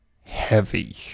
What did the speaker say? heavy